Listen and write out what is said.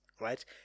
Right